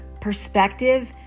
perspective